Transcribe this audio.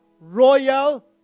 royal